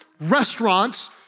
restaurants